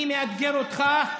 אני מאתגר אותך,